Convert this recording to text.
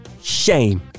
Shame